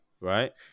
right